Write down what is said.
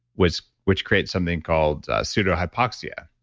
which which creates something called a pseudo hypoxia.